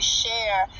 share